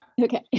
Okay